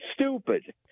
stupid